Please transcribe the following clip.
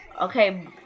Okay